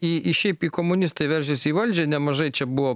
į į šiaip i komunistai veržiasi į valdžią nemažai čia buvo